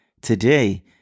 Today